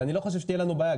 אני לא חושב שתהיה לנו בעיה.